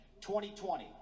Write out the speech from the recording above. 2020